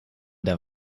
der